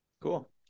Cool